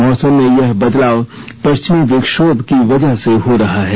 मौसम में यह बदलाव पश्चिमी विक्षोभ की वजह से हो रहा है